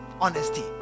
honesty